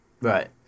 Right